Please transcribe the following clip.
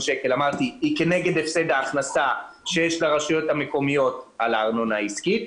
כנגד הפסד ההכנסה שיש לרשויות המקומיות על הארנונה העסקית.